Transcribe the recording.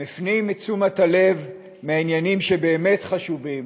מפנים את תשומת הלב מהעניינים שבאמת חשובים,